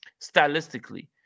Stylistically